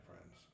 friends